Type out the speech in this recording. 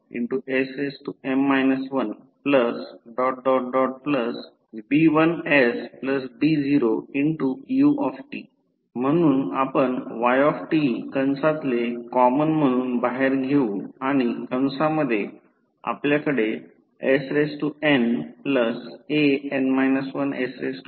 a1sa0ytbmsmbm 1sm 1b1sb0ut म्हणून आपण yt कंसातले कॉमन म्हणून बाहेर घेऊ आणि कंसामध्ये आपल्याकडे snan 1sn 1